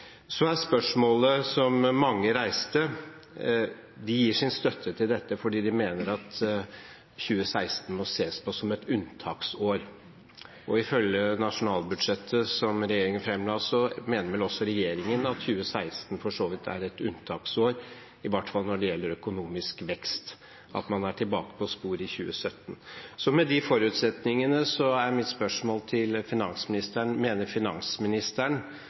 Mange gir sin støtte til dette fordi de mener at 2016 må ses på som et unntaksår, og ifølge nasjonalbudsjettet som regjeringen fremla, mener vel også regjeringen at 2016 for så vidt er et unntaksår, i hvert fall når det gjelder økonomisk vekst, at man er tilbake på sporet i 2017. Med de forutsetningene er mitt spørsmål til finansministeren: Mener finansministeren